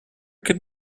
could